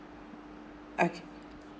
okay